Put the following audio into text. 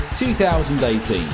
2018